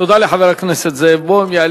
תודה לחבר הכנסת זאב בוים.